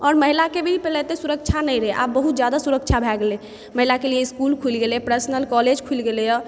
आओर महिलाके भी पहिले अतेक सुरक्षा नहि रहै आब बहुत जादा सुरक्षा भए गेलै महिलाके लेल इसकुल खुलि गेलै पर्सनल कॉलेज खुलि गेलैयऽ